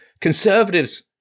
conservatives